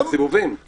מי